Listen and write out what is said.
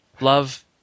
Love